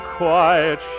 quiet